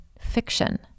fiction